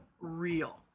real